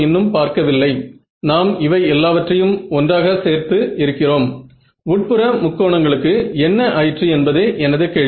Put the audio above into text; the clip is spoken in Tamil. எடுத்துக்காட்டாக நான் இந்த Za வை படிக்க விரும்புகிறேன்